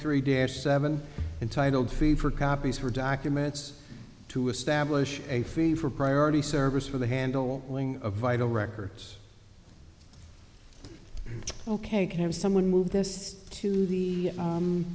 three dear seven entitled free for copies for documents to establish a free for priority service for the handle of vital records ok can have someone move this to the